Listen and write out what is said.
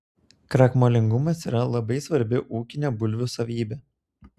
krakmolingumas yra labai svarbi ūkinė bulvių savybė